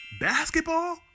basketball